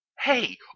hey